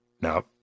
Now